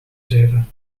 zeven